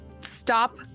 stop